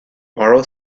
borrow